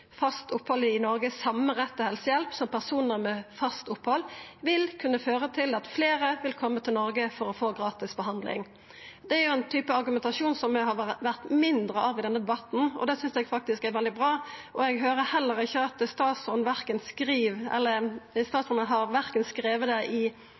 fast opphold i Norge samme rett til helsehjelp som personer med fast opphold, vil kunne føre til at flere vil komme til Norge for å få gratis behandling.» Dette er ein type argumentasjon som det har vore mindre av i denne debatten, og det synest eg faktisk er veldig bra. Eg høyrer heller ikkje at statsråden har verken skrive det i brev til komiteen i år eller